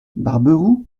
barberou